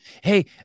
Hey